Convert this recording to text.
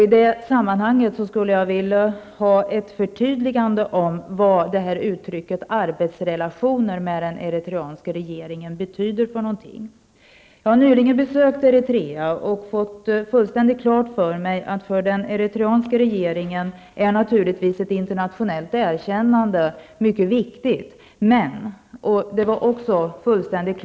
I detta sammanhang skulle jag också vilja ha ett förtydligande av vad uttrycket ''arbetsrelationer'' med den eritreanska regeringen betyder. Jag har nyligen besökt Eritrea och fått fullständigt klart för mig att ett internationellt erkännande naturligtvis är mycket viktigt för den eritreanska regeringen.